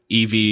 ev